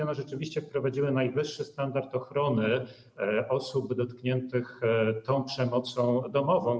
One rzeczywiście wprowadziły najwyższy standard ochrony osób dotkniętych przemocą domową.